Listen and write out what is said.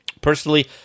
Personally